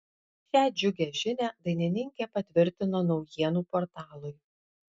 šią džiugią žinią dainininkė patvirtino naujienų portalui